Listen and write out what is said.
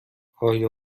آیا